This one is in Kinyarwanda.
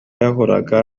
yahuraga